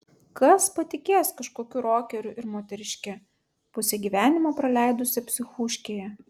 kas patikės kažkokiu rokeriu ir moteriške pusę gyvenimo praleidusia psichuškėje